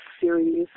Series